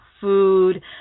food